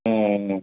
ம் ம்